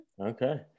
Okay